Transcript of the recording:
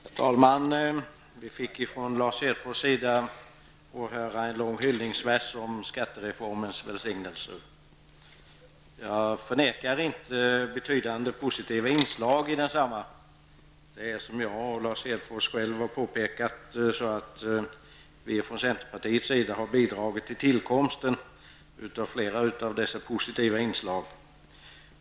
Herr talman! Vi fick från Lars Hedfors sida åhöra en lång hyllningsvers om skattereformens välsignelser. Jag förnekar inte att det finns betydande positiva inslag i densamma. Som jag och Lars Hedfors har påpekat, har centerpartiet bidragit till förekomsten av flera av dessa positiva inslag.